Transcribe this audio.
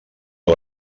que